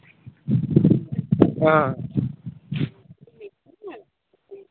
आं